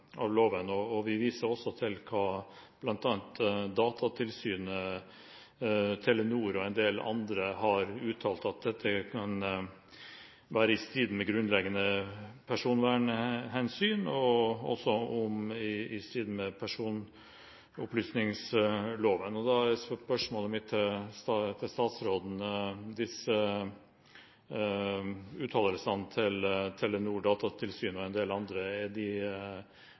loven. Vi viser også til hva bl.a. Datatilsynet, Telenor og en del andre har uttalt, at dette kan være i strid med grunnleggende personvernhensyn og også i strid med personopplysningsloven. Da er spørsmålet mitt til statsråden: Er uttalelsene til Telenor, Datatilsynet og en del andre relevante, eller er de